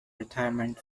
retirement